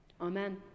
Amen